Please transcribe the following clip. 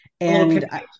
And-